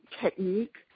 technique